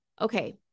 Okay